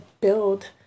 build